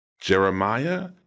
Jeremiah